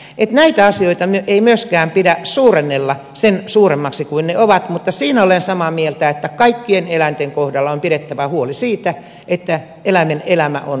että näitä asioita ei myöskään pidä suurennella sen suuremmaksi kuin ne ovat mutta siinä olen samaa mieltä että kaikkien eläinten kohdalla on pidettävä huoli siitä että eläimen elämä on inhimillistä